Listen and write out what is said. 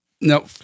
no